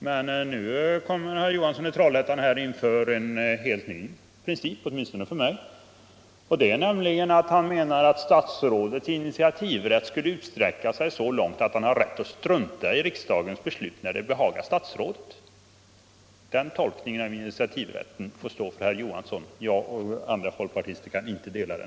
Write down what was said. Men nu inför herr Johansson i Trollhättån en princip som är helt ny, åtminstone för mig. Han menar nämligen att statsrådets initiativrätt skulle sträcka sig så långt att han har rätt att strunta i riksdagens beslut när det behagar honom. Den tolkningen av initiativrätten får stå för herr Johansson. Jag och andra folkpartister kan inte dela den.